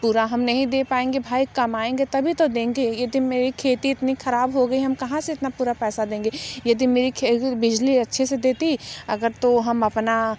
पूरा हम नहीं दे पाएंगे भाई कमाएंगे तभी तो देंगे यदि मेरी खेती इतनी ख़राब हो गई हम कहाँ से इतना पूरा पैसा देंगे यदि मेरी खेती बिजली अच्छे से देती अगर तो हम अपना